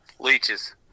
leeches